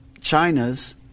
China's